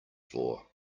floor